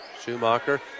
Schumacher